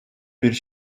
bir